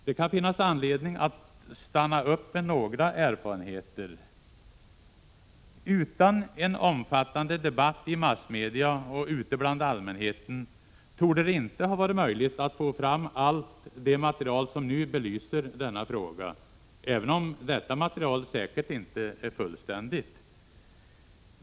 Det kan finnas anledning att stanna upp vid några erfarenheter. Utan en omfattande debatt i massmedia och ute bland allmänheten torde det inte ha varit möjligt att få fram allt det material som nu belyser denna fråga — även om detta material säkert inte är fullständigt.